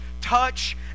touch